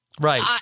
right